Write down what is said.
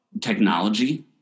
technology